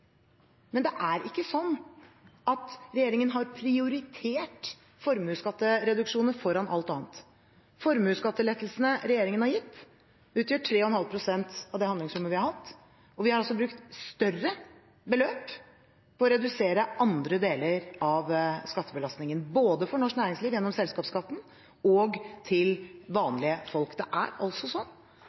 men det er ikke sånn at regjeringen har prioritert formuesskattereduksjoner foran alt annet. Formuesskattelettelsene regjeringen har gitt, utgjør 3,5 pst. av det handlingsrommet vi har hatt, og vi har altså brukt større beløp på å redusere andre deler av skattebelastningen, både for norsk næringsliv gjennom selskapsskatten og til vanlige folk.